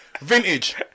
vintage